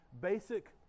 basic